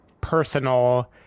personal